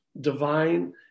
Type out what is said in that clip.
divine